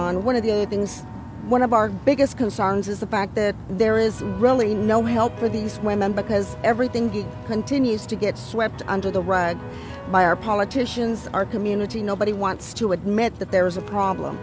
on one of the things one of our biggest concerns is the fact that there is really no help for these women because everything good continues to get swept under the rug by our politicians our community nobody wants to admit that there is a problem